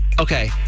Okay